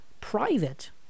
private